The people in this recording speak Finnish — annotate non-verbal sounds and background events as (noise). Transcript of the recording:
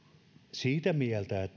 siitä mieltä (unintelligible)